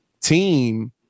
team